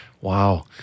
Wow